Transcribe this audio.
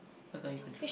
why can't you control